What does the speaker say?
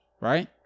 Right